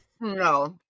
no